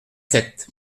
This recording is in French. sept